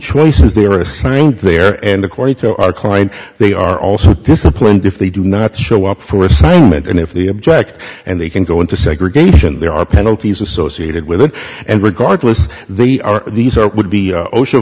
choices they are assigned there and according to our client they are also disciplined if they do not show up for assignment and if the object and they can go into segregation there are penalties associated with it and regardless they are these are would be